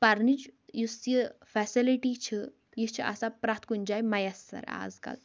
پرنٕچ یُس یہِ فیسلٹی چھِ یہِ چھِ آسان پرٛٮ۪تھ کُنہِ جایہِ مۄیسّر آز کَل